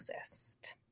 exist